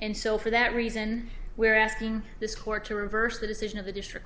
and so for that reason we're asking this court to reverse the decision of the district